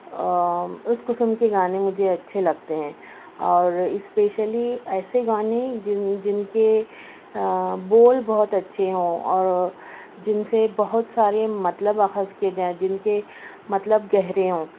اس قسم کے گانے مجھے اچھے لگتے ہیں اور اسپیشلی ایسے گانے جن جن کے بول بہت اچھے ہوں اور جن سے بہت سارے مطلب اخذ کیے جائیں جن کے مطلب گہرے ہوں